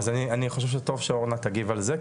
אז אני חושב שטוב שאורנה תגיב על זה,